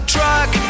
Truck